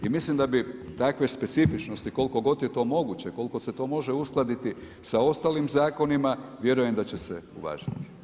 I mislim da bi takve specifičnosti, koliko god je to moguće, koliko se to može uskladiti sa ostalim zakonima, vjerujem da će se uvažiti.